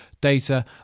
data